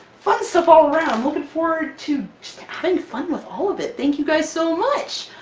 fun stuff, all around! looking forward to. just having fun with all of it! thank you guys so much!